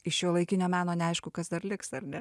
iš šiuolaikinio meno neaišku kas dar liks ar ne